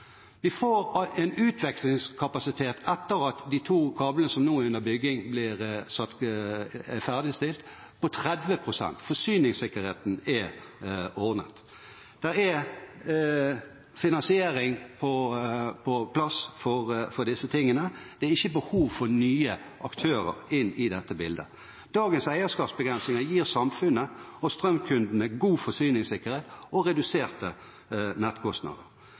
Vi får en utvekslingskapasitet etter at de to kablene som nå er under bygging blir ferdigstilt, på 30 pst. Forsyningssikkerheten er ordnet. Det er finansiering på plass for disse tingene. Det er ikke behov for nye aktører inn i dette bildet. Dagens eierskapsbegrensninger gir samfunnet og strømkundene god forsyningssikkerhet og reduserte nettkostnader.